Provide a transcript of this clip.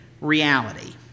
reality